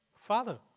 father